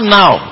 now